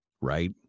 Right